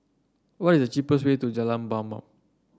what is the cheapest way to Jalan Mamam